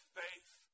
faith